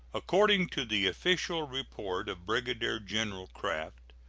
according to the official report of brigadier-general craft,